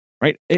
right